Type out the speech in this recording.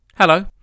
Hello